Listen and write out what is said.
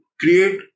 create